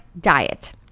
diet